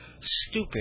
Stupid